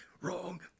wrong